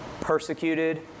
persecuted